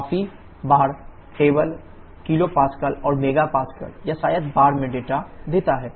काफी बार table kPa or MPa या शायद bar में डेटा देते हैं